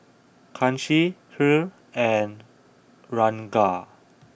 Kanshi Hri and Ranga